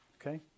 Okay